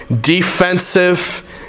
defensive